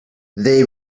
they